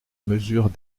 mesure